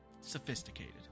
sophisticated